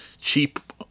cheap